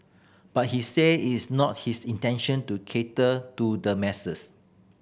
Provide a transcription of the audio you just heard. but he say is not his intention to cater to the masses